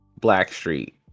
Blackstreet